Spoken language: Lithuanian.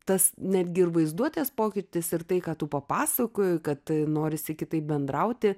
tas netgi ir vaizduotės pokytis ir tai ką tu papasakojai kad norisi kitaip bendrauti